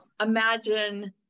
imagine